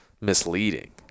misleading